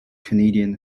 canadian